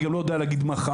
אני גם לא יודע להגיד מחר,